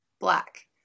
Black